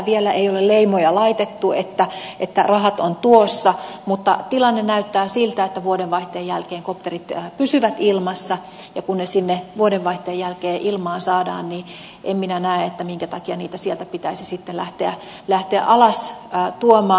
vielä ei ole leimoja laitettu että rahat on tuossa mutta tilanne näyttää siltä että vuodenvaihteen jälkeen kopterit pysyvät ilmassa ja kun ne sinne vuodenvaihteen jälkeen ilmaan saadaan niin en minä näe että minkä takia niitä sieltä pitäisi sitten lähteä alas tuomaan